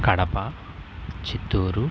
Kadapa Chittoor